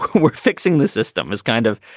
we're fixing the system is kind of,